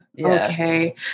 okay